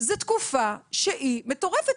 זה תקופה שהיא מטורפת.